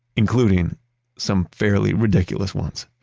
including some fairly ridiculous ones